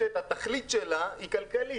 התכלית של רש"ת היא כלכלית.